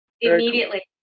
Immediately